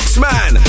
X-Man